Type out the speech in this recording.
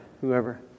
whoever